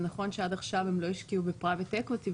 זה נכון שעד עכשיו הם לא השקיעו ב- private equity,